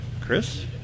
Chris